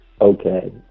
Okay